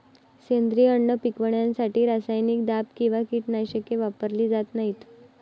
सेंद्रिय अन्न पिकवण्यासाठी रासायनिक दाब किंवा कीटकनाशके वापरली जात नाहीत